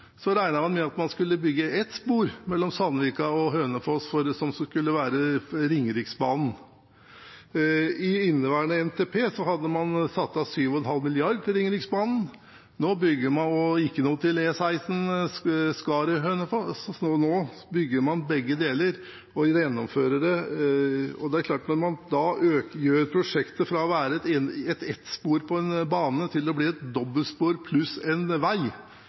inneværende NTP hadde man satt av 7,5 mrd. kr til Ringeriksbanen. Nå bygger man ikke bare E16 Skaret–Hønefoss, nå bygger man begge deler og gjennomfører det. Det er klart at når man utvider prosjektet fra å være ett spor på én bane til å bli et dobbeltspor pluss en vei,